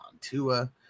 Tua